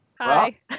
Hi